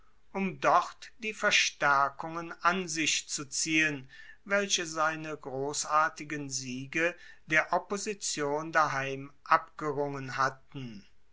um dort die verstaerkungen an sich zu ziehen welche seine grossartigen siege der opposition daheim abgerungen hatten